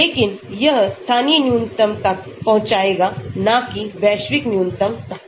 लेकिन यह स्थानीय न्यूनतम तक पहुंचाएगा नाकिवैश्विक न्यूनतम तक